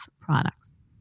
products